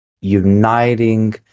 uniting